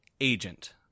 Agent